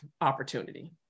opportunity